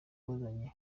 wazanye